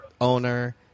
owner